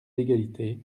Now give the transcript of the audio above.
d’égalité